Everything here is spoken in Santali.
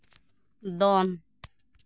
ᱫᱚᱱ